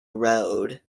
road